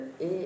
et